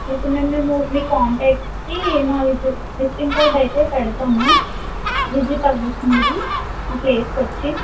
ఇప్పుడు మేమ్ మేము మీకు కాంటాక్ట్కి మావి విజిటింగ్ కార్డ్ అయితే పెడతాము విజిట్ అవ్వచ్చు మీరు మా ప్లేస్కు వచ్చి